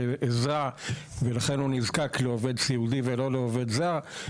הוא נזקק לעובד סיעודי, ולא לעובד זר.